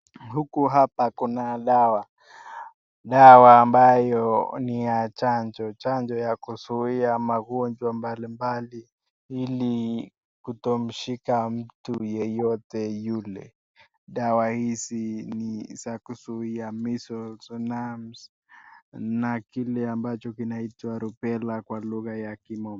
Huku hapa kuna dawa. Dawa ambayo ni ya chanjo. Chanjo ya kuzuia magonjwa mbali mbali ili kutomshika mtu yeyote yule. Dawa hizi ni za kuzuia measles mump na kile ambacho kinaitwa Rubella kwa lugha ya kimombo.